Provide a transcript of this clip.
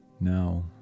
Now